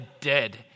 dead